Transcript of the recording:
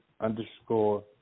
underscore